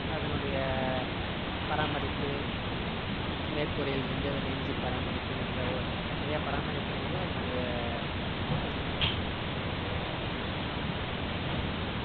அதனுடைய பராமரிப்பு மேற்கூரை இருந்து அதன் இஞ்சின் பராமரிப்பு மற்ற நிறைய பராமரிப்புகள் உள்ளே அதனுடைய அது கொஞ்சம் இன்னும் இம்ப்ரூவ்மென்ட் பண்ண வேண்டிய இடத்துல தான் தமிழ்நாடு கவெர்மெண்ட் இருக்குது